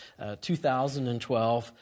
2012